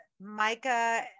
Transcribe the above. micah